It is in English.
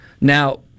Now